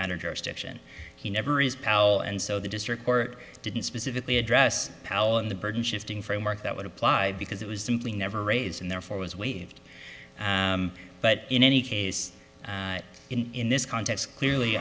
matter jurisdiction he never is pal and so the district court didn't specifically address palin the burden shifting framework that would apply because it was simply never raised and therefore was waived but in any case in this context clearly